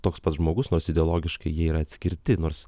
toks pat žmogus nors ideologiškai jie yra atskirti nors